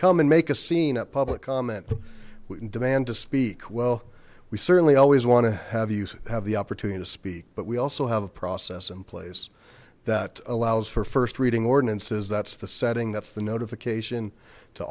come and make a scene at public comment we demand to speak well we certainly always want to have you have the opportunity to speak but we also have a process in place that allows for first reading ordinances that's the setting that's the notification to